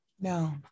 no